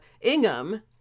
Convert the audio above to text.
Ingham